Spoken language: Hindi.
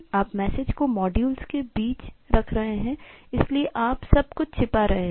आप मैसेज को मॉड्यूल के बीच रख रहे हैं इसलिए आप सब कुछ छिपा रहे हो